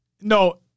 No